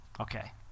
Okay